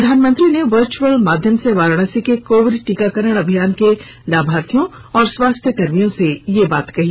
प्रधानमंत्री ने वच्छल माध्यनम से वाराणसी के कोविड टीकाकरण अभियान के लाभार्थियों और स्वास्थ्य कर्मियों से यह बात कही